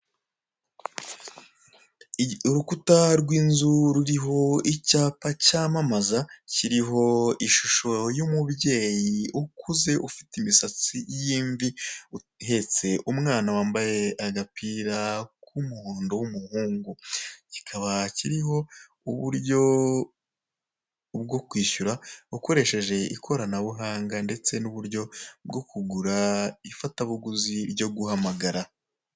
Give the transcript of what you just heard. Urukuta rw'inzu ruriho icyapa cyamamaza kiriho ishusho y'umubyeyi ukuze ufite imisatsi y'imvi uhetse umwana wambaye agapira k'umuhondo w'umuhungu, kikaba kiriho uburyo bwo kwishyura ukoresheje ikoranabuhanda ndetse n'uburyo bwo kugura ifatabuguzi ryo guhamagara.